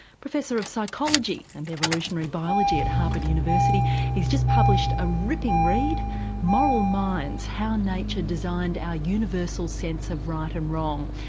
professor of psychology and evolutionary biology at harvard university he's just published a ripping read moral minds how nature designed our universal sense of right and wrong.